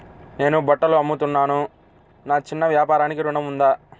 నేను బట్టలు అమ్ముతున్నాను, నా చిన్న వ్యాపారానికి ఋణం ఉందా?